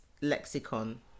lexicon